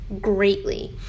greatly